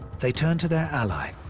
they turned to their ally,